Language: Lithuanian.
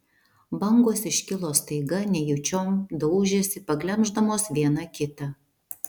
bangos iškilo staiga nejučiom daužėsi paglemždamos viena kitą